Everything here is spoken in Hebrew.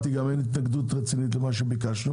אני גם מבין שאין התנגדות רצינית למה שביקשנו.